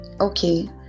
Okay